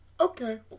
okay